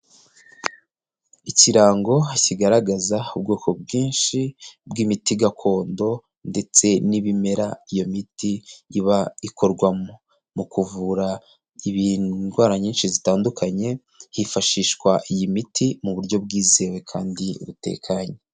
Ikirango kigaragaza ubwoko bwinshi bw'imiti gakondo ndetse n'ibimera iyo miti iba ikorwamo, mu kuvura indwara nyinshi zitandukanye hifashishwa iyi miti mu buryo bwizewe kandi butekanye.